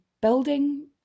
building